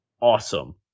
awesome